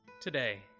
Today